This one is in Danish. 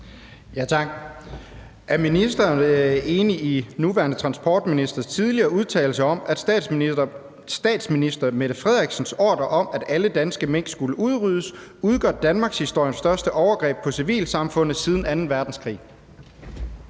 (DD)): Er ministeren enig i transportministerens tidligere udtalelse om, at statsminister Mette Frederiksens ordre om, at alle danske mink skulle udryddes, udgør danmarkshistoriens største overgreb på civilsamfundet siden anden verdenskrig?